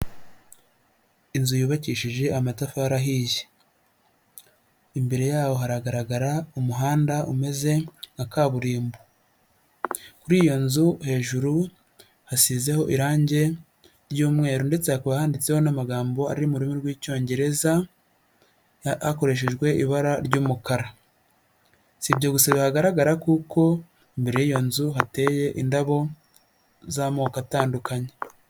Inzu yubakishije amatafari ahiye, imbere yaho hagaragara umuhanda umeze nka kaburimbo, kuri iyo nzu hejuru hariho irangi ry'umweru ndetse handitseho n'amagambo ari mu rurimi rw'icyongereza hakoreshejwe ibara ry'umukara, si ibyo gusa ahagaragara kuko mbere y'iyo nzu hateye indabo z'amoko atandukanye.